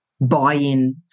buy-in